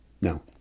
No